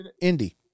Indy